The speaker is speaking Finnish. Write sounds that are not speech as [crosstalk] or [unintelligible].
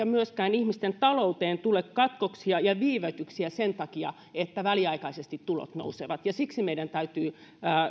[unintelligible] myöskään ihmisten talouteen tule katkoksia ja viivytyksiä sen takia että väliaikaisesti tulot nousevat ja siksi meidän täytyy